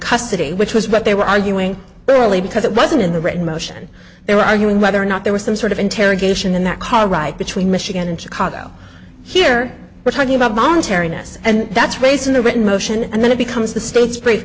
custody which was what they were arguing but only because it wasn't in the written motion they were arguing whether or not there was some sort of interrogation in that car right between michigan and chicago here we're talking about momentary ness and that's race in the written motion and then it becomes the state's